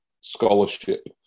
scholarship